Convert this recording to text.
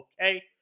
okay